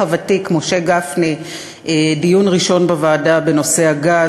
הוותיק משה גפני דיון ראשון בוועדה בנושא הגז.